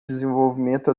desenvolvimento